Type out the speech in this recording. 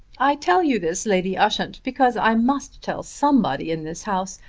i tell you this, lady ushant, because i must tell somebody in this house.